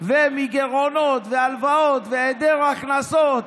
ומגירעונות ומהלוואות ומהיעדר הכנסות